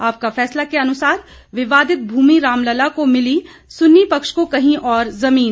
आपका फैसला के अनुसार विवादित भूमि रामलला को मिली सुन्नी पक्ष को कही और जमीन